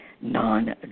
non